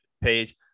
page